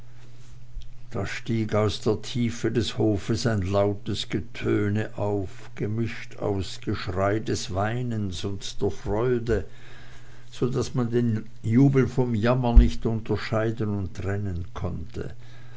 da stieg aus der tiefe des hofes ein lautes getöne auf gemischt aus geschrei des weinens und der freude so daß man den jubel vom jammern nicht unterscheiden und trennen konnte